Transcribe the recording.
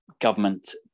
government